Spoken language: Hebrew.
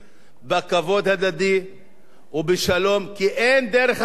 בכבוד הדדי ובשלום, כי אין דרך אחרת.